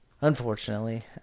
unfortunately